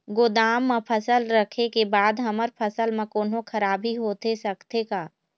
गोदाम मा फसल रखें के बाद हमर फसल मा कोन्हों खराबी होथे सकथे का?